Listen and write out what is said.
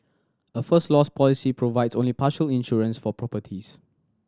a First Loss policy provides only partial insurance for properties